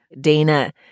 Dana